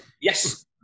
Yes